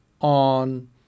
on